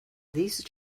these